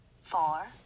four